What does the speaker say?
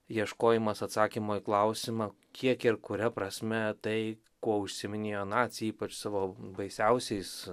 ieškojimas atsakymo į klausimą kiek ir kuria prasme tai kuo užsiiminėjo naciai ypač savo baisiausiais